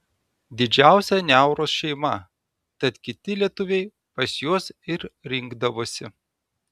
didžiausia niauros šeima tad kiti lietuviai pas juos ir rinkdavosi